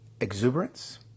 exuberance